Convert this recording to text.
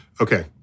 Okay